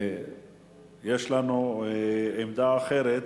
יש לנו עמדה אחרת,